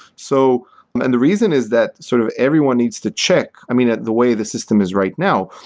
so and the reason is that sort of everyone needs to check i mean, the way the system is right now,